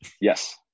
Yes